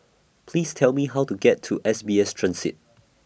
Please Tell Me How to get to S B S Transit